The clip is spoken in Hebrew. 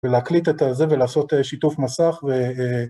‫ולהקליט את זה ולעשות שיתוף מסך.